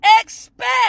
expect